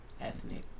ethnic